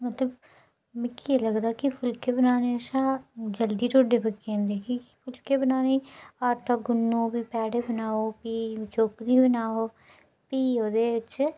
मतलब मिगी एह् लगदा की फुलके बनाने कशा जल्दी ढोड्डे पक्की जंदे कि फुलके बनाने लेई आटा गु'न्नो प्ही पेड़े बनाओ प्ही चोकरी बनाओ प्ही ओह्दे च